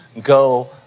go